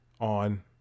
on